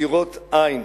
ודירות אין.